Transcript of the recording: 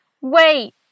Wait